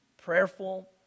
prayerful